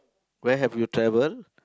where have you traveled